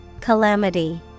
Calamity